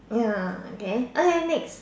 ya okay okay next